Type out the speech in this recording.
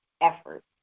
efforts